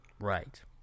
Right